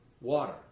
water